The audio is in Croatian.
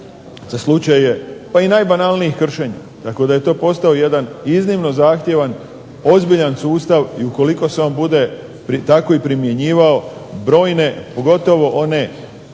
za slučajeve i najbanalnijih kršenja tako da je to postao jedan iznimno zahtjevan, ozbiljan sustav i ukoliko se on bude tako i primjenjivao brojne pogotovo one